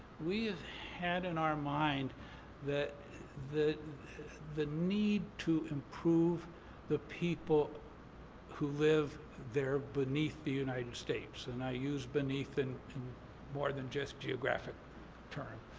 we've had in our mind the the need to improve the people who live there beneath the united states. and i use beneath in more than just geographic term.